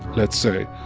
let's say,